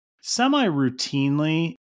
semi-routinely